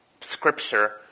scripture